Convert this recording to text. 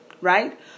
right